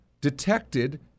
detected